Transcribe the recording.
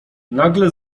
nagle